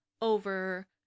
over